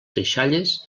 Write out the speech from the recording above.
deixalles